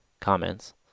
comments